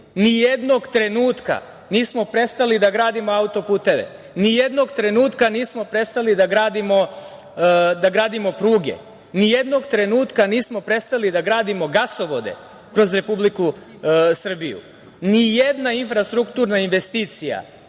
Nijednog trenutka nismo prestali da gradimo autoputeve. Nijednog trenutka nismo prestali da gradimo pruge. Nijednog trenutka nismo prestali da gradimo gasovode kroz Republiku Srbiju. Nijedna infrastrukturna investicija